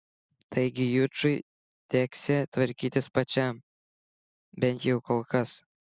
taigi jučui teksią tvarkytis pačiam bent jau kol kas